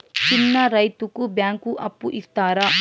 చిన్న రైతుకు బ్యాంకు అప్పు ఇస్తారా?